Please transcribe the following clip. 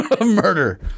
murder